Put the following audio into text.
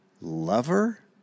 lover